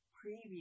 previous